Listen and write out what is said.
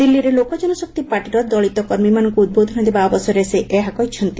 ଦିଲ୍ଲୀରେ ଲୋକଜନଶକ୍ତି ପାର୍ଟିର ଦଳିତ କର୍ମୀମାନଙ୍କୁ ଉଦ୍ବୋଧନ ଦେବା ଅବସରରେ ସେ ଏହା କହିଛନ୍ତି